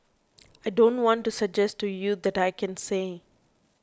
I don't want to suggest to you that I can say